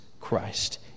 Christ